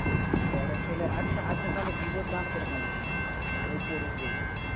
বড়ো সেলে আচ্ছা আচ্ছা তাহলে ভিভোর দাম কিরকম আছে আর ওপোর ওপোর